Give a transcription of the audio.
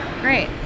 Great